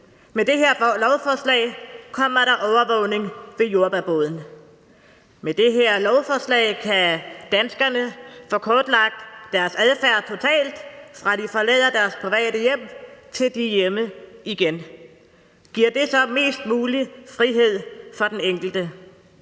Med det her lovforslag kommer der overvågning ved jordbærboden; med det her lovforslag kan danskerne få kortlagt deres adfærd totalt, fra de forlader deres private hjem, til de er hjemme igen. Giver det så mest mulig frihed for den enkelte?